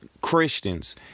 Christians